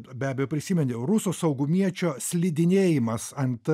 be abejo prisiminiau rusų saugumiečio slidinėjimas ant